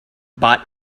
but